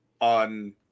on